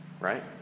right